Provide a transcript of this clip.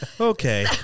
Okay